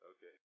Okay